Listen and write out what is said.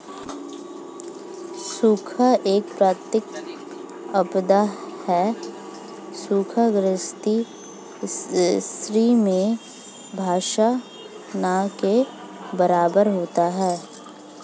सूखा एक प्राकृतिक आपदा है सूखा ग्रसित क्षेत्र में वर्षा न के बराबर होती है